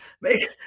Make